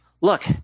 look